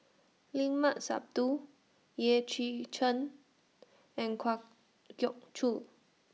Limat Sabtu Yeh Chi Chen and Kwa Geok Choo